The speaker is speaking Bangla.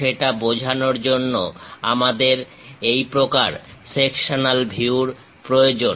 সেটা বোঝানোর জন্য আমাদের এই প্রকার সেকশনাল ভিউর প্রয়োজন